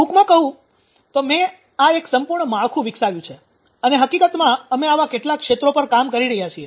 ટૂંકમાં કહું તો મે આ એક સંપૂર્ણ માળખું વિકસાવ્યું છે અને હકીકતમાં અમે આવા કેટલાક ક્ષેત્રો પર કામ કરી રહ્યા છીએ